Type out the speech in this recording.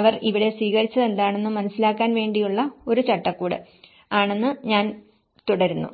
അവർ ഇവിടെ സ്വീകരിച്ചതെന്താണെന്നും മനസ്സിലാക്കാൻ വേണ്ടിയുള്ള ഒരു ചട്ടക്കൂട് ആണെന്ന് ഞാൻ തുടരുന്നു